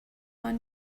want